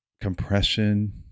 compression